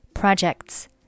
Projects